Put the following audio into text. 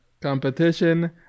Competition